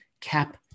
cap